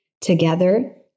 Together